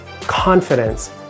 confidence